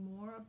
more